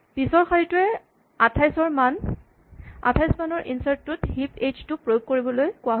পিচৰ শাৰীটোৱে ২৮ মানৰ ইনচাৰ্ট টোত হিপ এইচ টো প্ৰয়োগ কৰিবলৈ কৈছে